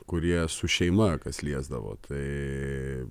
kurie su šeima kas liesdavo tai